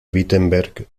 wittenberg